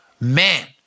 Man